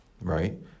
right